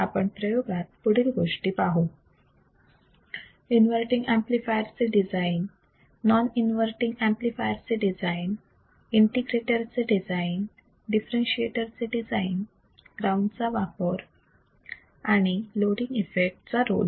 आपण प्रयोगात पुढील गोष्टी पाहू इन्वर्तींग ऍम्प्लिफायरचे डिझाईन नॉन इन्वर्तींग ऍम्प्लिफायर चे डिझाईन इंटिग्रेटर चे डिझाईन डिफरेंसिएटर चे डिझाईन ग्राउंड चा वापर लोडींग इफेक्ट चा रोल